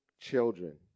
children